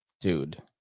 Dude